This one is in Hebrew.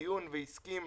בדיון והסכים